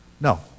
No